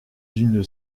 une